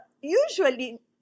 usually